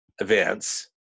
events